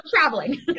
traveling